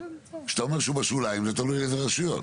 כשאתה אומר שהוא בשוליים, תלוי איזה רשויות.